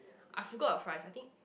I forgot the price I think